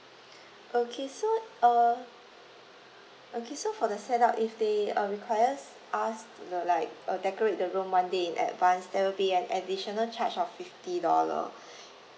okay so uh okay so for the set up if they uh requires us to like uh a decorate the room one day in advance there will be an additional charge of fifty dollar